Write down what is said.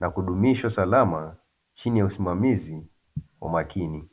na kudumisha usalama chini ya usimamizi wa makini.